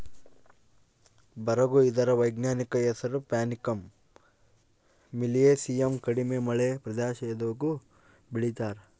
ಬರುಗು ಇದರ ವೈಜ್ಞಾನಿಕ ಹೆಸರು ಪ್ಯಾನಿಕಮ್ ಮಿಲಿಯೇಸಿಯಮ್ ಕಡಿಮೆ ಮಳೆ ಪ್ರದೇಶದಾಗೂ ಬೆಳೀತಾರ